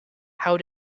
how